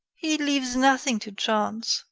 he leaves nothing to chance.